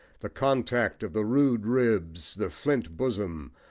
the contact of the rude ribs, the flint bosom,